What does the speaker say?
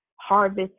harvest